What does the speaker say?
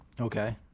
okay